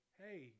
hey